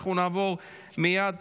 אנחנו נעבור מייד